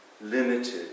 limited